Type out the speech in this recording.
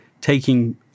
taking